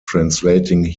translating